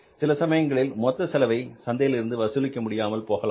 சில சமயங்களில் மொத்த செலவை சந்தையிலிருந்து வசூலிக்க முடியாமல் போகலாம்